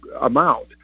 amount